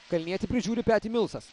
kalnietį prižiūri peti milsas